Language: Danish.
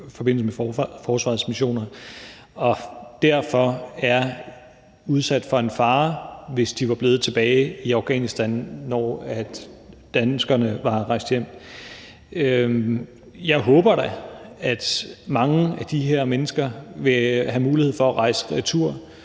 i forbindelse med forsvarets missioner, og som derfor ville være udsat for en fare, hvis de var blevet tilbage i Afghanistan, da danskerne rejste hjem. Jeg håber da, at mange af de mennesker vil have mulighed for at rejse retur